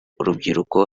rubyiruko